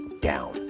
down